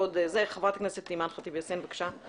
חברת הכנסת אימאן ח'טיב יאסין, בבקשה.